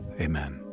Amen